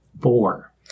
four